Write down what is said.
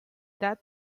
that